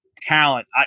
talent